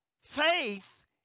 Faith